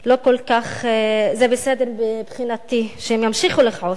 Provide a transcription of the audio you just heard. זה בסדר מבחינתי, שהם ימשיכו לכעוס.